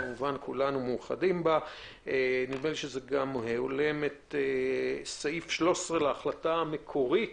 זה הולם את סעיף 13 להחלטה המקורית